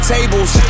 Tables